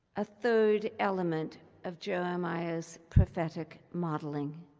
a third element of jeremiah's prophetic modeling.